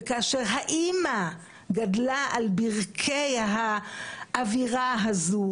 וכאשר האימא גדלה על ברכי האווירה הזאת,